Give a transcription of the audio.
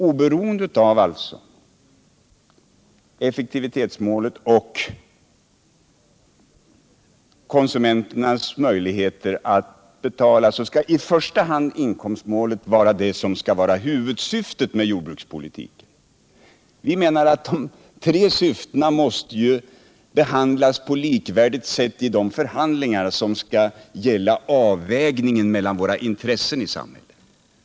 Oberoende av effektivitetsmålet och oberoende av konsumenternas möjligheter att betala skall inkomstmålet vara huvudsyftet med jordbrukspolitiken. Vi menar att de tre syftena skall behandlas på likvärdigt sätt vid de förhandlingar som skall gälla avvägningen mellan olika intressen i samhället.